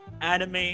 anime